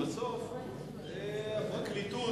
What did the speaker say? ובסוף הפרקליטות,